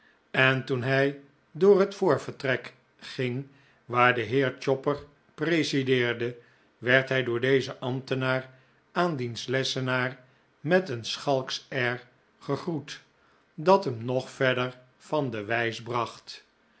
en toen hij door het voorvertrek ging waar de heer chopper presideerde werd hij door dezen ambtenaar aan diens lessenaar met een schalksch air gegroet dat hem nog verder van de wijs bracht